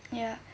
ya